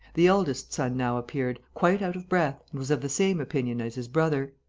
the eldest son now appeared, quite out of breath, and was of the same opinion as his brother.